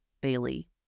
bailey